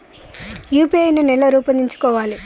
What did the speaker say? UPI నేను ఎలా రూపొందించుకోవాలి?